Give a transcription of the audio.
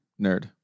Nerd